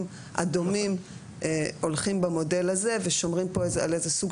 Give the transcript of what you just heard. הדומים הולכים במודל הזה ושומרים על איזה סוג